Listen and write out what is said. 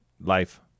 Life